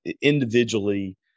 individually